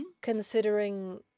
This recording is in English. considering